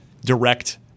direct